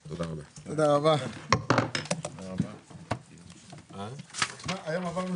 14:50.